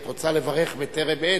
את רוצה לברך בטרם עת?